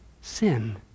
sin